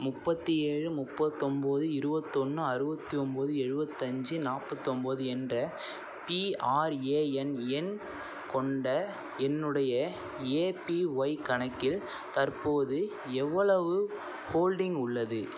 முப்பத்து ஏழு முப்பத்தொம்பது இருபத்தொன்னு அறுபத்து ஒம்பது எழுவத்தஞ்சி நாற்பத்தொம்போது என்ற பிஆர்ஏஎன் எண் கொண்ட என்னுடைய ஏபிஒய் கணக்கில் தற்போது எவ்வளவு ஹோல்டிங் உள்ளது